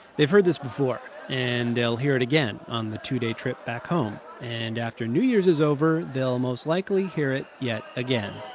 they've heard this before. and they'll hear it again on the two-day trip back home. and after new year's is over, they'll most likely hear it yet again,